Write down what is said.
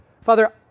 Father